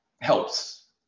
helps